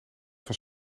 van